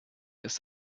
ist